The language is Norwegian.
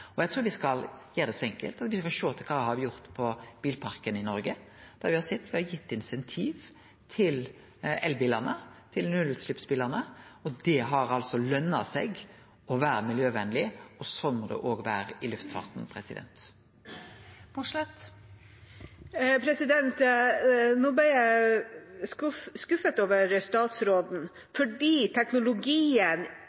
skal gjere det så enkelt at me skal sjå på kva me har gjort med bilparken i Noreg, der me har gitt insentiv til elbilane, til nullutsleppsbilane, og det har altså lønt seg å vere miljøvenleg. Sånn må det òg vere i luftfarten. Nå ble jeg skuffet over statsråden,